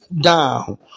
down